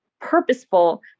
purposeful